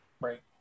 right